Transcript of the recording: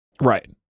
Right